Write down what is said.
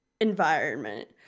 environment